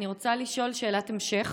אני רוצה לשאול שאלת המשך.